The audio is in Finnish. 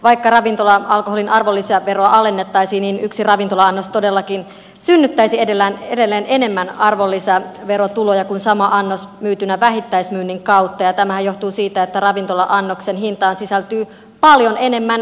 vaikka ravintola alkoholin arvonlisäveroa alennettaisiin niin yksi ravintola annos todellakin synnyttäisi edelleen enemmän arvonlisäverotuloja kuin sama annos myytynä vähittäismyynnin kautta ja tämähän johtuu siitä että ravintola annoksen hintaan sisältyy paljon enemmän työtä